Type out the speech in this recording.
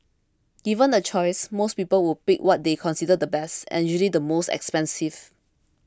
given the choice most people would pick what they consider the best and usually the most expensive